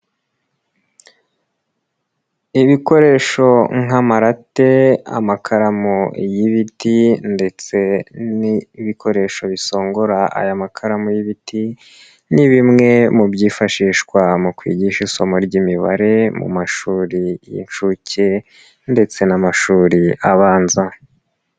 Ibikoresho nk'amarate, amakaramu y'ibiti ndetse n'ibikoresho bisongora aya makaramu y'ibiti, ni bimwe mu byifashishwa mu kwigisha isomo ry'imibare mu mashuri y'inshuke ndetse n'amashuri abanza.